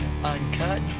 Uncut